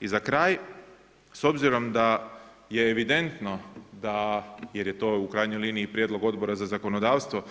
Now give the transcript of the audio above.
I za kraj, s obzirom da je evidentno da jer je to u krajnjoj liniji prijedlog Odbora za zakonodavstvo